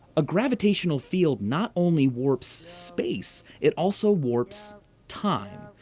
a gravitational field not only warps space, it also warps time.